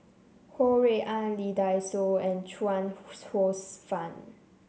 Ho Rui An Lee Dai Soh and Chuang Hsueh Fang